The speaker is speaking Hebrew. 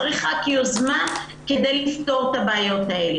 צריך רק יוזמה כדי לפתור את הבעיות האלה.